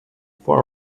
for